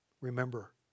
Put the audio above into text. Remember